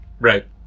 Right